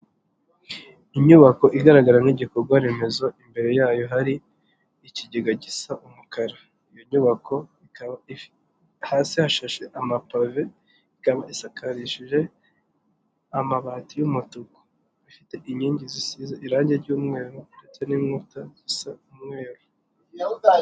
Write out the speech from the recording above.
Inyubako igaragaramo igikorwa remezo imbere yayo hari ikigega gisa umukara, iyo nyubako ikaba hasi hashashe amapave ikaba isakarishije amabati y'umutuku, ifite inkingi zisize irangi ry'umweru ndetse n'inkuta zisa umweru.